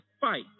fight